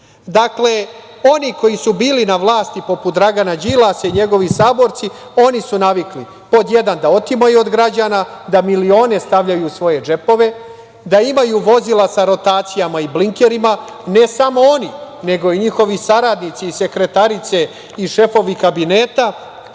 oni koji su bili na vlasti poput Dragana Đilasa i njegovi saborci oni su navikli, pod jedan da otimaju od građana, da milione stavljaju u svoje džepove, da imaju vozila sa rotacijama i blinkerima, ne samo oni, nego i njihovi saradnici, sekretarice i šefovi kabineta